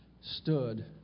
stood